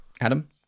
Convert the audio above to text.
Adam